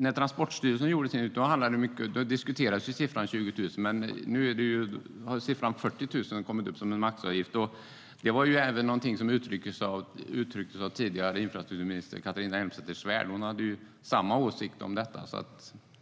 När Transportstyrelsen gjorde sin utredning diskuterades siffran 20 000, men nu har siffran 40 000 kommit upp som en maxavgift. Det var något som också uttrycktes av den tidigare infrastrukturministern Catharina Elmsäter-Svärd. Hon hade samma åsikt, så